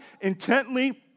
intently